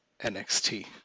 NXT